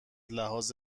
لحاظ